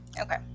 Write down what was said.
Okay